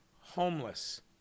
homeless